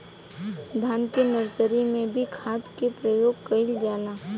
धान के नर्सरी में भी खाद के प्रयोग कइल जाला?